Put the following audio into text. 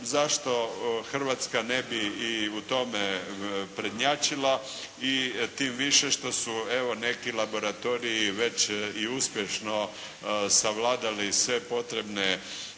zašto Hrvatska ne bi i u tome prednjačila i tim više što su evo neki laboratoriji već i uspješno savladali sve potrebne